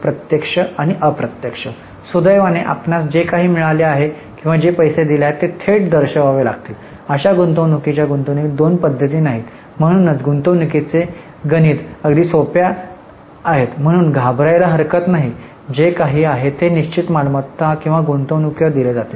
प्रत्यक्ष आणि अप्रत्यक्ष सुदैवाने आपणास जे काही मिळाले आहे किंवा जे पैसे दिले आहेत ते थेट दर्शवावे लागतील अशा गुंतवणूकीच्या गुंतवणुकीत दोन पध्दती नाहीत म्हणूनच गुंतवणूकीचे गणिते अगदी सोप्या आहेत म्हणून घाबरायला हरकत नाही जे काही आहे ते निश्चित मालमत्ता किंवा गुंतवणुकीवर दिले जाते